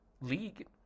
League